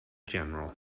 general